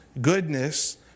goodness